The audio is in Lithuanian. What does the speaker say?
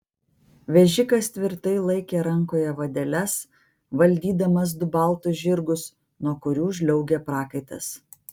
vežikas tvirtai laikė rankoje vadeles valdydamas du baltus žirgus nuo kurių žliaugė prakaitas